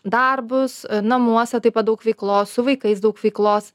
darbus namuose taip pat daug veiklos su vaikais daug veiklos